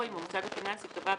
או אם המוסד הפיננסי קבע,